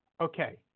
okay